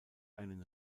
einen